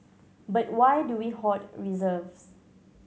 but why do we hoard reserves